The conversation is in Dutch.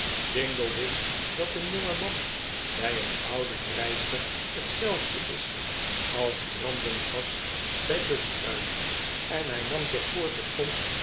jingle wist dat een jongeman bij een oude vrijster hetzelfde is als brandend gas bij buskruit en hij nam zich voor terstond